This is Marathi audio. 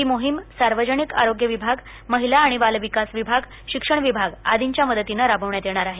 ही मोहीम सार्वजनिक आरोग्य विभाग महिला व बाल विकास विभाग शिक्षण विभाग आर्दींच्या मदतीनं राबविण्यात येणार आहे